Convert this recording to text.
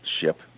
ship